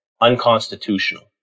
unconstitutional